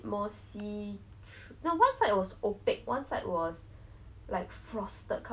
but maybe it even if there are doors and like everything normal what if it's like really very dirty